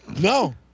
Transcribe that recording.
No